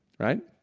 right?